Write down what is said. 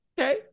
okay